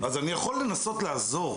אז אני יכול לנסות לעזור,